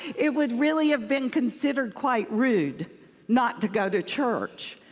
it would really have been considered quite rude not to go to church.